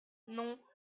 non